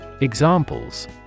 Examples